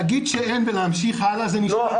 להגיד שאין ולהמשיך הלאה זה --- לא,